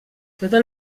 totes